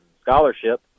scholarship